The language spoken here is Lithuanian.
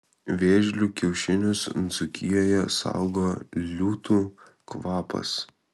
vėžlių kiaušinius dzūkijoje saugo liūtų kvapas